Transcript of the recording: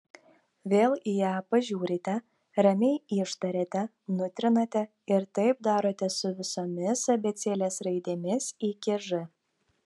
vėl į ją pažiūrite ramiai ištariate nutrinate ir taip darote su visomis abėcėlės raidėmis iki ž